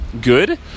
good